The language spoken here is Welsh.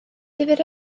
difyr